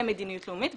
למדיניות לאומית,